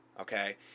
okay